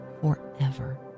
forever